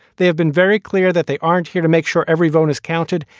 they have been very clear that they aren't here to make sure every vote is counted.